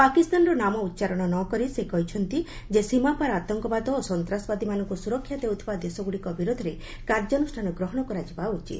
ପାକିସ୍ତାନର ନାମ ଉଚ୍ଚାରଣ ନ କରି ସେ କହିଛନ୍ତି ଯେ ସୀମାପାର ଆତଙ୍କବାଦ ଓ ସନ୍ତାସବାଦୀଙ୍କୁ ସୁରକ୍ଷା ଦେଉଥିବା ଦେଶଗୁଡ଼ିକ ବିରୋଧରେ କାର୍ଯ୍ୟାନୁଷ୍ଠାନ ଗ୍ରହଣ କରାଯିବା ଉଚିତ